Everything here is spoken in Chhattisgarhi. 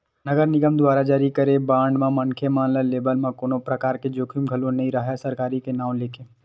नगर निगम दुवारा जारी करे गे बांड म मनखे मन ल लेवब म कोनो परकार के जोखिम घलो नइ राहय सरकारी के नांव लेके